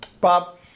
Bob